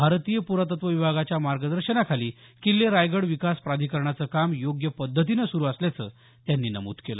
भारतीय प्रातत्व विभागाच्या मार्गदर्शनाखाली किल्ले रायगड विकास प्राधिकरणाचं काम योग्य पद्धतीनं सुरु असल्याचं त्यांनी नमूद केलं